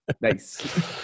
Nice